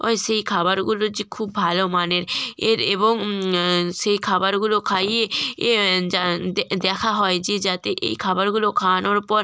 হয় সেই খাবারগুলো যে খুব ভালো মানের এর এবং সেই খাবারগুলো খাইয়ে এ যা দেখা হয় যে যাতে এই খাবারগুলো খাওয়ানোর পর